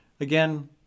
again